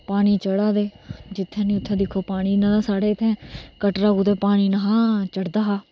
पानी चढा दे जित्थै नेईं उत्थै दिक्खो पानी ने ते साढ़ा कटरा कदें पानी नी हा चढदा हा